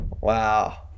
Wow